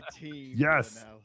Yes